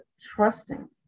trusting